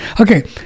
Okay